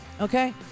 Okay